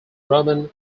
roman